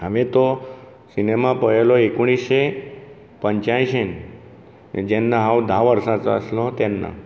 हांवें तो सिनेमा पळयलो एकोणिशें पंच्यायशीन जेन्ना हांव धा वर्साचो आसलो तेन्ना